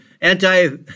anti